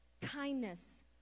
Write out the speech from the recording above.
kindness